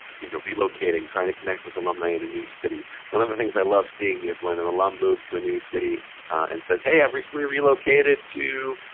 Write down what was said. you know, relocating. trying to connect with alumni in a new city. one of the things i love seeing is when an alum moves to a new city and says, hey, i've recently relocated to